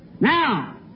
Now